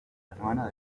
hermano